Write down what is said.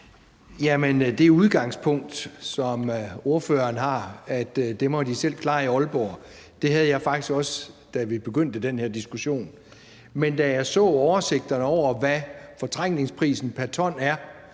Det udgangspunkt, som ordføreren har, om, at det må de selv klare i Aalborg, havde jeg faktisk også, da vi begyndte den her diskussion. Men da jeg så oversigterne over, hvad fortrængningsprisen pr. ton er,